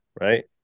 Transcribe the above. right